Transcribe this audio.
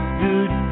good